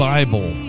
Bible